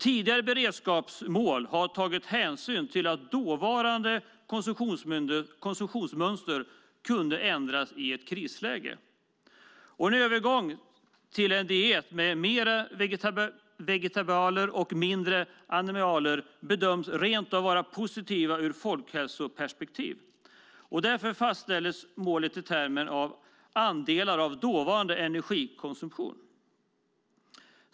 Tidigare beredskapsmål har tagit hänsyn till att dåvarande konsumtionsmönster kunde ändras i ett krisläge. En övergång till en diet med mer vegetabilier och mindre animalier bedömdes rent av vara positiv ur ett folkhälsoperspektiv. Därför fastställdes målet i termer av andelar av dåvarande energikonsumtion.